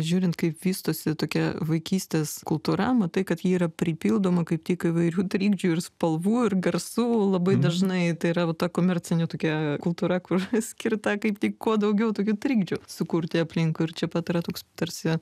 žiūrint kaip vystosi tokia vaikystės kultūra matai kad ji yra pripildoma kaip tik įvairių trikdžių ir spalvų ir garsų labai dažnai tai yra va ta komercinė tokia kultūra kuri skirta kaip tik kuo daugiau tokių trikdžių sukurti aplinkui ir čia pat yra toks tarsi